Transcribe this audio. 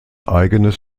eigenes